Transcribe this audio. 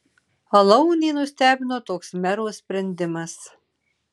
alaunį nustebino toks mero sprendimas